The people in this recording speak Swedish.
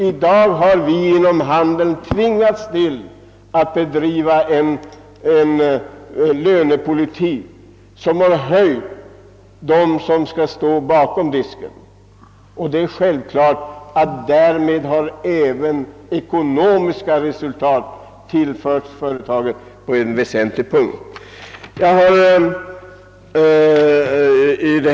I dag har vi inom handeln tvingats till att bedriva en lönepolitik, som har höjt lönerna för dem som skall stå bakom disken, och detta har självfallet lett till bätire ekonomiska resultat för företagen.